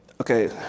Okay